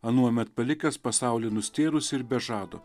anuomet palikęs pasaulį nustėrusį ir be žado